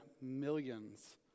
millions